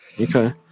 okay